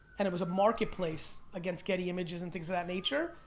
and it was a marketplace against getty images and things of that nature.